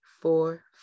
four